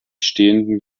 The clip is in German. stehenden